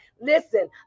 listen